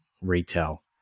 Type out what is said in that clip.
retail